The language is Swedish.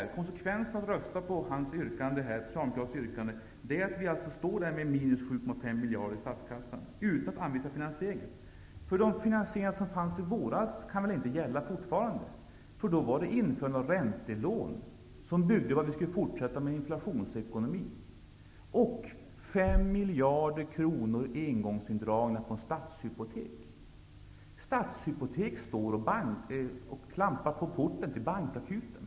Om man röstar på Socialdemokraternas yrkande blir konsekvensen att vi får ett minus på 7,5 miljarder i statskassan, om det inte anvisas någon finansiering, därför att de finansieringar som gällde i våras kan väl inte gälla fortfarande? Då ville Socialdemokraterna införa räntelån, som byggde på att vi skulle fortsätta med en inflationsekonomi och 5 miljarder kronor i engångsindragning från Stadshypotek. Stadshypotek står och bankar på porten till Bankakuten.